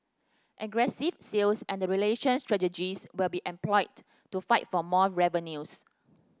aggressive sales and relationship strategies will be employed to fight for more revenues